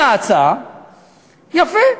מציעה הצעה, יפה.